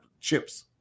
chips